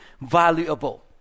valuable